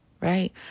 right